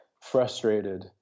frustrated